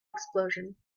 explosion